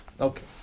Okay